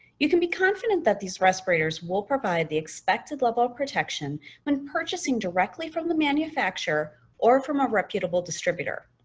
you can be confident that these respirators will provide the expected level of protection when purchasing directly from the manufacturer or from a reputable distributor.